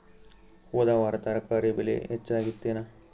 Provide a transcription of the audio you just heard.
ಹೊದ ವಾರ ತರಕಾರಿ ಬೆಲೆ ಹೆಚ್ಚಾಗಿತ್ತೇನ?